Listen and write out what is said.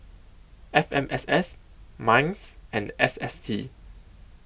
F M S S Minds and S S T